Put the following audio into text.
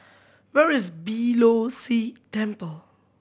where is Beeh Low See Temple